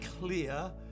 clear